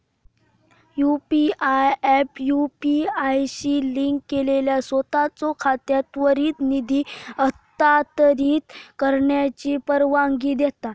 UPI app UPI शी link केलेल्या सोताचो खात्यात त्वरित निधी हस्तांतरित करण्याची परवानगी देता